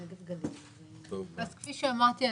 אז כפי שאמרתי,